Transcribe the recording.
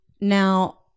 Now